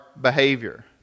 behavior